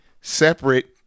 separate